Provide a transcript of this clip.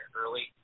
early